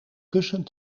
kussen